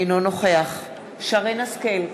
אינו נוכח שרן השכל,